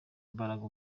imbaraga